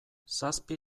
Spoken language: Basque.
zazpi